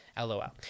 LOL